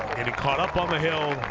it it caught up on the hill,